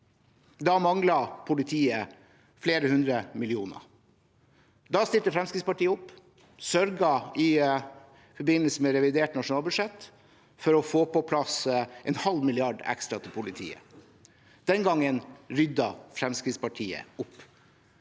Da manglet politiet flere hundre millioner kroner. Da stilte Fremskrittspartiet opp i forbindelse med revidert nasjonalbudsjett og sørget for å få på plass 0,5 mrd. kr ekstra til politiet. Den gangen ryddet Fremskrittspartiet opp.